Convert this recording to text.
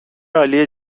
عالی